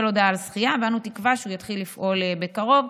ואנו תקווה שהוא יתחיל לפעול בקרוב.